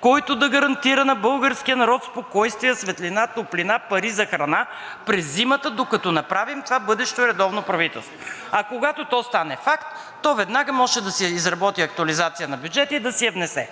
който да гарантира на българския народ спокойствие, светлина, топлина, пари за храна през зимата, докато направим това бъдещо редовно правителство. Когато стане факт, то може веднага да си изработи актуализация на бюджета и да си я внесе.